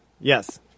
Yes